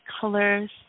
colors